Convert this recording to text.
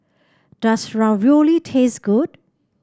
does Ravioli taste good